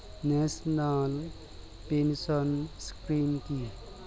National pension scheme কি?